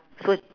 so